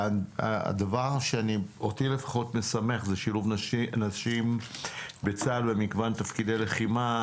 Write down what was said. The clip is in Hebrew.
והדבר שאותי לפחות משמח זה שילוב נשים בצה”ל במגוון תפקידי לחימה,